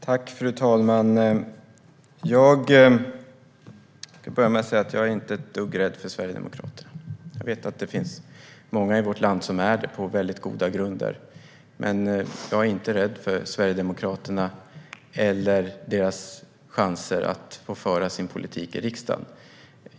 Fru talman! Jag är inte ett dugg rädd för Sverigedemokraterna. Jag vet att det finns många i vårt land som är rädda för Sverigedemokraterna på väldigt goda grunder. Men jag är inte rädd för Sverigedemokraterna eller deras chanser att få föra sin politik i riksdagen.